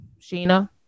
Sheena